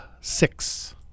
six